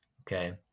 Okay